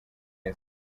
neza